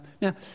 Now